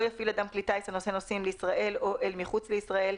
יפעיל אדם כלי טיס הנושא נוסעים לישראל או אל מחוץ לישראל,